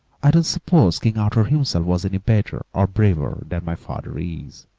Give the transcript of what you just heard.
i don't s'pose king arthur himself was any better or braver than my father is